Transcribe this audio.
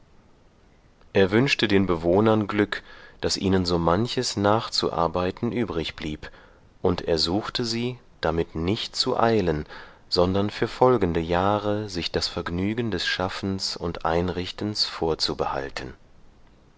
er wünschte den bewohnern glück daß ihnen so manches nachzuarbeiten übrigblieb und ersuchte sie damit nicht zu eilen sondern für folgende jahre sich das vergnügen des schaffens und einrichtens vorzubehalten